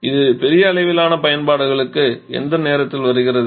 இது பெரிய அளவிலான பயன்பாடுகளுக்கு எந்த நேரத்தில் வருகிறது